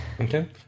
Okay